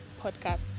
Podcast